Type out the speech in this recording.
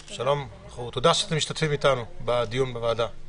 שלום, תודה שאתם משתתפים איתנו בדיון בוועדה.